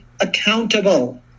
accountable